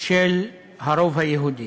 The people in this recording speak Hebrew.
של הרוב היהודי.